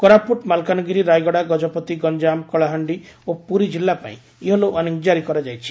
କୋରାପୁଟ ମାଲକାନଗିରି ରାୟଗଡା ଗଜପତି ଗଞାମ କଳାହାଣ୍ଡି ଓ ପୁରୀ ଜିଲ୍ଲା ପାଇଁ ୟେଲୋ ୱାର୍ଷିଂ ଜାରି କରାଯାଇଛି